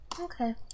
Okay